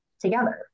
together